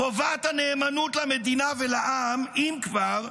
חובת הנאמנות למדינה ולעם, אם כבר,